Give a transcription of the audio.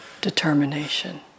determination